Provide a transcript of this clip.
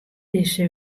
dizze